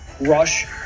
rush